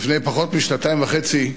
לפני פחות משנתיים וחצי,